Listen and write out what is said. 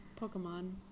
Pokemon